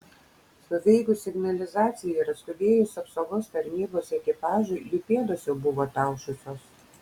suveikus signalizacijai ir atskubėjus apsaugos tarnybos ekipažui jų pėdos jau buvo ataušusios